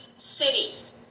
Cities